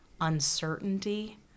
uncertainty